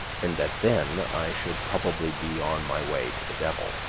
and that then i should probably be on my way to the devil.